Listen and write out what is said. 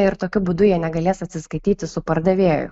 ir tokiu būdu jie negalės atsiskaityti su pardavėju